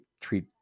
treat